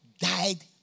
died